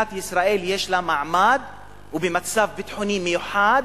שמדינת ישראל יש לה מעמד ומצב ביטחוני מיוחד,